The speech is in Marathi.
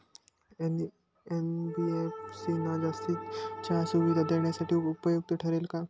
एन.बी.एफ.सी ना जास्तीच्या सुविधा देण्यासाठी उपयुक्त ठरेल का?